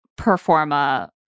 performa